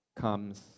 comes